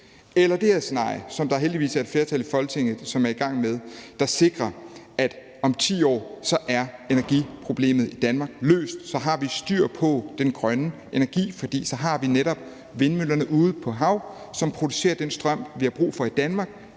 er det her scenarie, som der heldigvis er et flertal for i Folketinget, og som vi er i gang med, der sikrer, at om 10 år er energiproblemet i Danmark løst, så har vi styr på den grønne energi, for så har vi netop vindmøllerne ude på havet, som producerer den strøm, vi har brug for i Danmark,